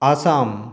Assam